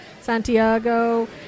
Santiago